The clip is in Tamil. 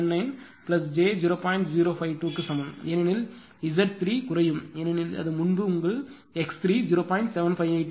052 க்கு சமம் ஏனெனில் Z3 குறையும் ஏனெனில் அது முன்பு உங்கள் x3 0